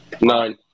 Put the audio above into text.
Nine